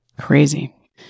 Crazy